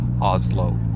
Oslo